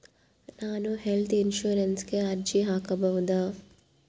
ನಾನು ಹೆಲ್ತ್ ಇನ್ಶೂರೆನ್ಸಿಗೆ ಅರ್ಜಿ ಹಾಕಬಹುದಾ?